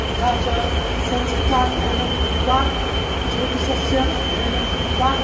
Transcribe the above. तथा च संस्कृताध्ययनं कृत्वा ज्योतिषस्य अध्ययनं कृत्वा